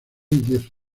diez